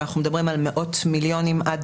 אבל אנחנו מדברים על מאות מיליונים עד